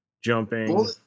jumping